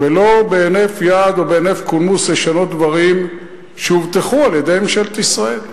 ולא בהינף יד או בהינף קולמוס לשנות דברים שהובטחו על-ידי ממשלת ישראל.